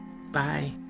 Bye